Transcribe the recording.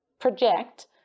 project